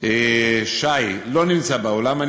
שי לא נמצא באולם,